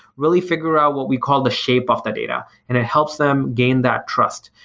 really figure out what we call the shape of the data and it helps them gain that trust.